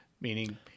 meaning